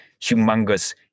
humongous